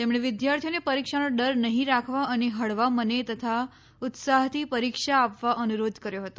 તેમણે વિદ્યાર્થીઓને પરીક્ષાનો ડર નહીં રાખવા અને હળવા મને તથા ઉત્સાહથી પરીક્ષા આપવા અનુરોધ કર્યો હતો